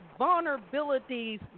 vulnerabilities